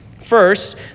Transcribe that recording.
First